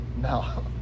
No